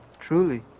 truly.